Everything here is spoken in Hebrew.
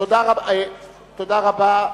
תודה רבה.